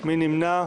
מי נמנע?